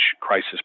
crisis